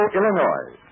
Illinois